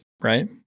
right